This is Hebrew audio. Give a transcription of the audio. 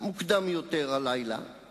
מקום גבוה בפריימריס, גם סגנית.